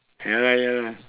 ya lah ya lah